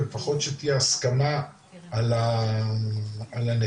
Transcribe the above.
לפחות שתהיה הסכמה על הנתונים.